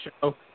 show